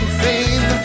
fame